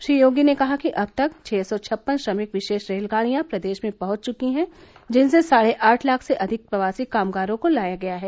श्री योगी ने कहा कि अब तक छः सौ छप्पन श्रमिक विशेष रेलगाड़ियां प्रदेश में पहुंच चुकी हैं जिनसे साढ़े आठ लाख से अधिक प्रवासी कामगारों को लाया गया है